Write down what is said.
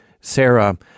Sarah